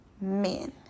men